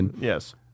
Yes